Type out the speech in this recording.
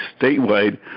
statewide